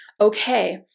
okay